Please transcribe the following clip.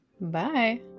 bye